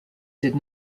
did